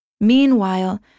Meanwhile